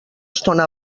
estona